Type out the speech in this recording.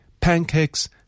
pancakes